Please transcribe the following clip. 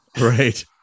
Right